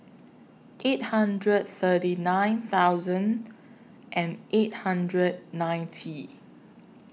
eight thousand thirty nine thousand and eight hundred ninety